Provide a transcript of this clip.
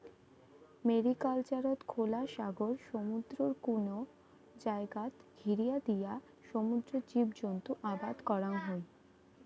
ম্যারিকালচারত খোলা সাগর, সমুদ্রর কুনো জাগাত ঘিরিয়া দিয়া সমুদ্রর জীবজন্তু আবাদ করাং হই